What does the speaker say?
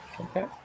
Okay